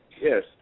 Yes